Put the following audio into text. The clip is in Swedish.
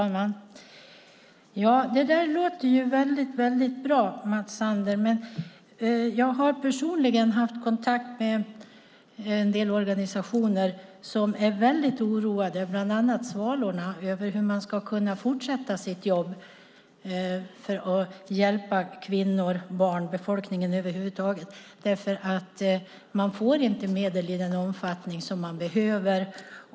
Fru talman! Det där låter bra, Mats Sander, men jag har haft kontakt med en del organisationer, bland annat Svalorna, som är mycket oroade över hur de ska kunna fortsätta sitt jobb med att hjälpa kvinnorna, barnen och befolkningen över huvud taget. De får nämligen inte medel i den omfattning de behöver.